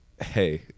hey